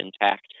intact